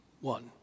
one